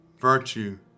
virtue